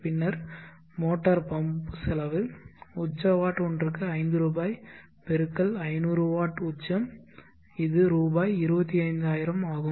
பின்னர் motor pump செலவு உச்ச வாட் ஒன்றுக்கு 5 ரூபாய் × 500 வாட் உச்சம் இது ரூபாய் 25000 ஆகும்